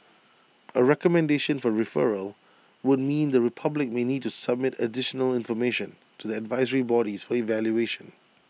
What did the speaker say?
A recommendation for referral would mean the republic may need to submit additional information to the advisory bodies for evaluation